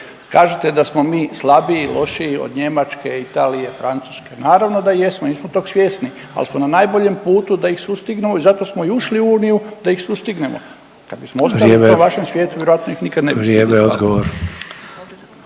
Kažete da smo mi slabiji lošiji od Njemačke, Italije, Francuske, naravno da jesmo mi smo toga svjesni al smo na najboljem putu da ih sustignemo i zato smo i ušli u Uniju da ih sustignemo. …/Upadica Sanader: Vrijeme./… Kad bismo ostali u tom vašem svijetu vjerojatno ih nikad …